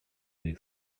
could